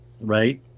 Right